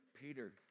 Peter